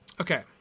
Okay